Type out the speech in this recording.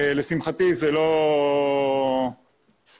לשמחתי זה לא קרה.